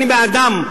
אני בעדם.